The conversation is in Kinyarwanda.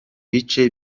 bice